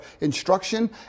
instruction